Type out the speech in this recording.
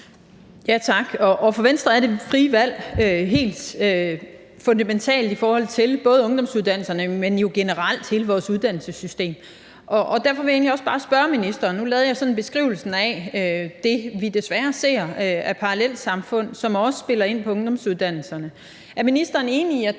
(V): Tak. For Venstre er det frie valg helt fundamentalt i forhold til ungdomsuddannelserne, men også generelt i forhold til hele vores uddannelsessystem. Derfor vil jeg egentlig også bare spørge ministeren om noget. Nu lavede jeg en beskrivelse af det, vi desværre ser af parallelsamfund, som også spiller ind på ungdomsuddannelserne.